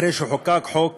אחרי שחוקק חוק